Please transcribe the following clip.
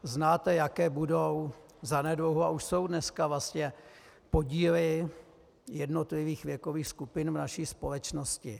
Znáte, jaké budou zanedlouho a už jsou dneska vlastně podíly jednotlivých věkových skupin v naší společnosti.